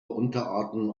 unterarten